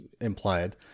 implied